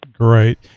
Great